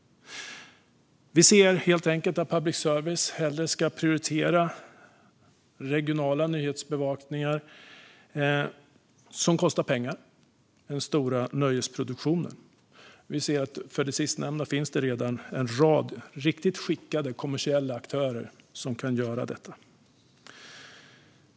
Vi anser helt enkelt att public service hellre ska prioritera regional nyhetsbevakning, som kostar pengar, än stora nöjesproduktioner. När det gäller det sistnämnda finns det redan en rad riktigt skickade kommersiella aktörer som kan göra det.